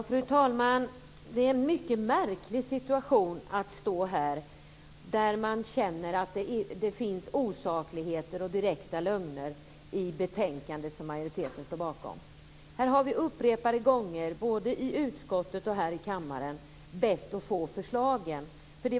Fru talman! Det är en mycket märklig situation att stå här när man känner att det finns osakligheter och direkta lögner i det betänkande som majoriteten står bakom. Här har vi upprepade gånger, både i utskottet och här i kammaren, bett att få förslagen.